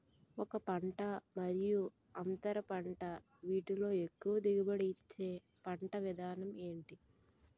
ఒక పంట మరియు అంతర పంట వీటిలో ఎక్కువ దిగుబడి ఇచ్చే పంట విధానం ఏంటి?